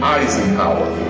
Eisenhower